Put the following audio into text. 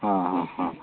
ಹಾಂ ಹಾಂ ಹಾಂ